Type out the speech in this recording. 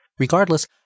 Regardless